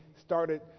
started